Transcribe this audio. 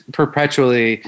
perpetually